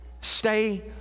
Stay